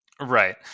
Right